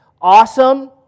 Awesome